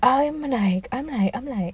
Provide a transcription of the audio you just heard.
I am and I I'm I I'm like